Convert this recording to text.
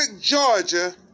Georgia